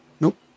Nope